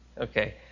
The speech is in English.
Okay